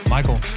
Michael